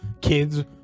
kids